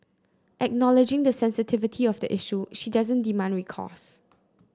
acknowledging the sensitivity of the issue she doesn't demand recourse